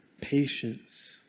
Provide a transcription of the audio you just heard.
patience